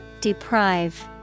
Deprive